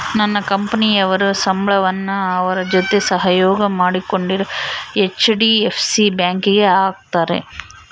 ನನ್ನ ಕಂಪನಿಯವರು ಸಂಬಳವನ್ನ ಅವರ ಜೊತೆ ಸಹಯೋಗ ಮಾಡಿಕೊಂಡಿರೊ ಹೆಚ್.ಡಿ.ಎಫ್.ಸಿ ಬ್ಯಾಂಕಿಗೆ ಹಾಕ್ತಾರೆ